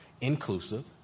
inclusive